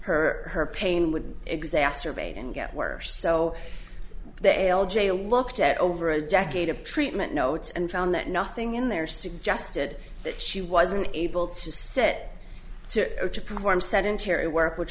her her pain would exacerbate and get worse so the l j looked at over a decade of treatment notes and found that nothing in there suggested that she wasn't able to set to perform sedentary work which